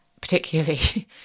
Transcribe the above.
particularly